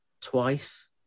twice